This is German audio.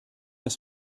das